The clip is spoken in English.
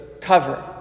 cover